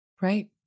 Right